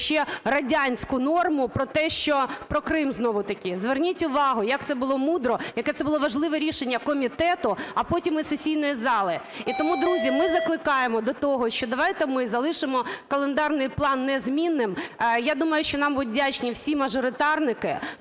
ще радянську норму про те, що... про Крим знову-таки. Зверніть увагу, як це було мудро, яке це було важливе рішення комітету, а потім і сесійної зали. І тому, друзі, ми закликаємо до того, що давайте ми залишимо календарний план незмінним, я думаю, що нам будуть вдячні всі мажоритарники.